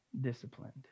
disciplined